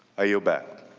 i yield back.